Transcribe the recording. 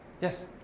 Yes